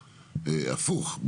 הפוך,